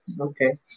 Okay